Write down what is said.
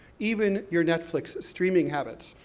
even your netflix streaming habits.